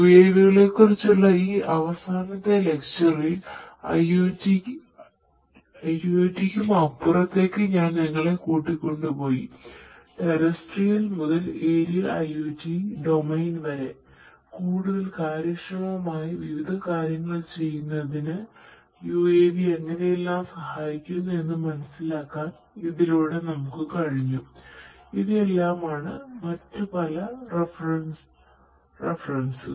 UAV കളെക്കുറിച്ചുള്ള ഈ അവസാനത്തെ ലെക്ചറിൽ ആണ്